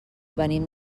venim